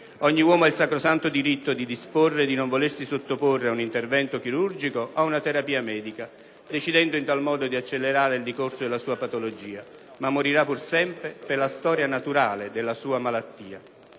Ogni uomo ha il sacrosanto diritto di disporre di non volersi sottoporre ad un intervento chirurgico o a una terapia medica, decidendo in tal modo di accelerare il decorso della sua patologia, ma morirà pur sempre per la storia naturale della sua malattia.